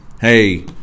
hey